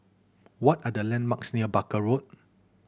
what are the landmarks near Barker Road